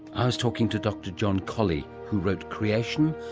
i was talking to dr john collee who wrote creation,